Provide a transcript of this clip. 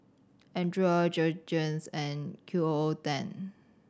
Andre Jergens and Q O O ten